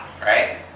Right